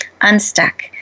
unstuck